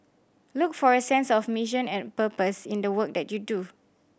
look for a sense of mission and purpose in the work that you do